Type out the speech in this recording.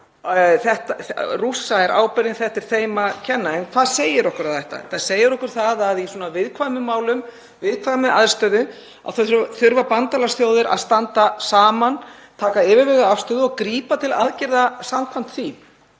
þá er ábyrgðin Rússa, þetta er þeim að kenna. En hvað segir það okkur? Þetta segir okkur það að í svona viðkvæmum málum, viðkvæmri aðstöðu, þurfa bandalagsþjóðir að standa saman, taka yfirvegaða afstöðu og grípa til aðgerða samkvæmt því